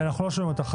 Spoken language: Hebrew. אנחנו לא שומעים אותך.